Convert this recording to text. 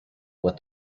what